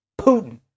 Putin